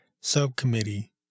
Subcommittee